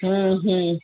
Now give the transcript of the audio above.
हम्म हम्म